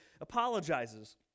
apologizes